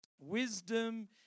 wisdom